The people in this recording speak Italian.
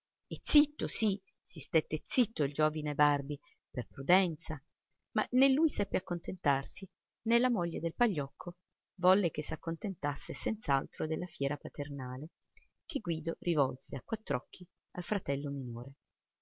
zitto sì si stette zitto il giovine barbi per prudenza ma né lui seppe accontentarsi né la moglie del pagliocco volle che s'accontentasse senz'altro della fiera paternale che guido rivolse a quattr'occhi al fratello minore